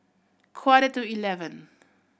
quarter to eleven